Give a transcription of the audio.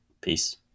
Peace